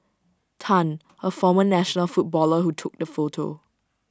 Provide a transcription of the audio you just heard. Tan A former national footballer who took the photo